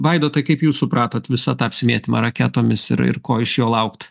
vaidotai kaip jūs supratot visą tą apsimėtymą raketomis ir ir ko iš jo laukt